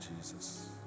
Jesus